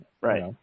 Right